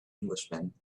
englishman